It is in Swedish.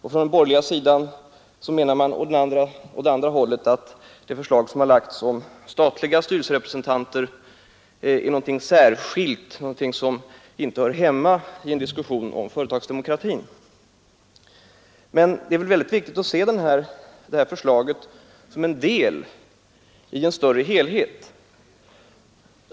På de borgerligas sida menar man tvärtom att det förslag som har lagts om statliga styrelserepresentanter inte hör hemma i en diskussion om företagsdemokrati. Det är emellertid mycket viktigt att se det här förslaget som en del av en större enhet.